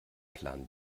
plan